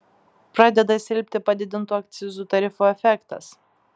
pradeda silpti padidintų akcizų tarifų efektas